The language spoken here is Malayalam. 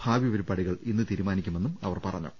ഭാവി പരിപാടികൾ ഇന്ന് തീരുമാനിക്കുമെന്നും അവർ പറഞ്ഞു